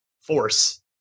force